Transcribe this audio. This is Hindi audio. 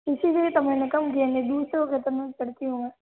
इसलिए तो मैंने कम किए और नहीं दूसरो के तो नहीं करती हूँ में